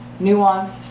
nuanced